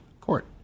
court